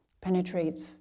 Penetrates